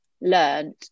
learned